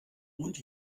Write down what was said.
und